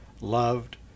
loved